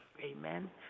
Amen